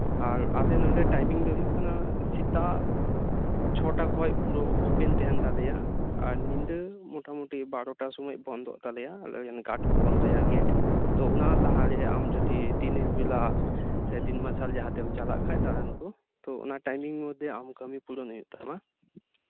ᱟᱨ ᱟᱞᱮ ᱱᱚᱰᱮ ᱴᱟᱭᱢᱤᱝ ᱫᱚ ᱦᱩᱭᱩᱜ ᱠᱟᱱᱟ ᱥᱮᱛᱟᱜ ᱛᱩᱨᱩᱭ ᱴᱟᱲᱟᱝ ᱠᱷᱚᱱ ᱯᱩᱨᱟᱹ ᱳᱯᱮᱱ ᱛᱟᱦᱮᱸᱱ ᱛᱟᱞᱮᱭᱟ ᱟᱨ ᱧᱤᱫᱟᱹ ᱢᱳᱴᱟᱢᱩᱴᱤ ᱜᱮᱞᱵᱟᱨ ᱴᱟᱲᱟᱝ ᱚᱠᱛᱚ ᱵᱚᱱᱫᱚᱜ ᱛᱟᱞᱮᱭᱟ ᱟᱞᱮᱨᱮᱱ ᱜᱟᱨᱰ ᱠᱚ ᱵᱚᱱᱫᱚᱭᱟ ᱜᱮᱴ ᱛᱳ ᱚᱱᱟ ᱞᱟᱦᱟᱨᱮ ᱟᱢ ᱡᱚᱫᱤ ᱫᱤᱱ ᱵᱮᱞᱟ ᱥᱮ ᱫᱤᱱ ᱢᱟᱨᱥᱟᱞ ᱡᱟᱦᱟᱸ ᱥᱮᱡ ᱪᱟᱞᱟᱜ ᱠᱷᱟᱱ ᱫᱟᱬᱟᱱ ᱠᱚ ᱛᱳ ᱚᱱᱟ ᱴᱟᱭᱢᱤᱝ ᱢᱚᱽᱫᱷᱮ ᱟᱢ ᱠᱟᱹᱢᱤ ᱯᱩᱨᱟᱹᱣ ᱦᱩᱭᱩᱜ ᱛᱟᱢᱟ